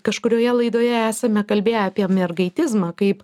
kažkurioje laidoje esame kalbėję apie mergaitizmą kaip